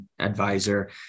advisor